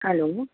hello